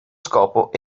scopo